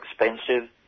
expensive